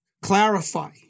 Clarify